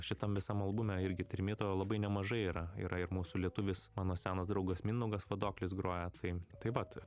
šitam visam albume irgi trimito labai nemažai yra yra ir mūsų lietuvis mano senas draugas mindaugas vadoklis groja tai tai vat